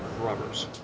rubbers